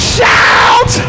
Shout